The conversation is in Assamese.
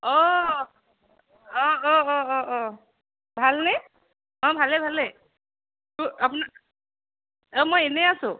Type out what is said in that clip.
অঁ অঁ অঁ অঁ অঁ অঁ ভালনে অঁ ভালে ভালে আপোনাক অঁ মই এনেই আছোঁ